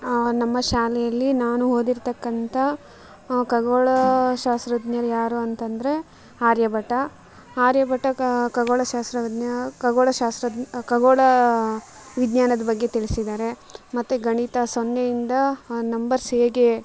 ನಮ್ಮ ಶಾಲೆಯಲ್ಲಿ ನಾನು ಓದಿರ್ತಕ್ಕಂಥ ಖಗೋಳ ಶಾಸ್ತ್ರಜ್ಞ ಯಾರು ಅಂತಂದರೆ ಆರ್ಯಭಟ ಆರ್ಯಭಟ ಕ್ ಖಗೋಳ ಶಾಸ್ತ್ರಜ್ಞ ಖಗೋಳ ಶಾಸ್ತ್ರ ಖಗೋಳ ವಿಜ್ಞಾನದ ಬಗ್ಗೆ ತಿಳ್ಸಿದ್ದಾರೆ ಮತ್ತು ಗಣಿತ ಸೊನ್ನೆಯಿಂದ ನಂಬರ್ಸ್ ಹೇಗೆ